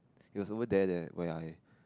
it was over there that where I